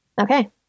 Okay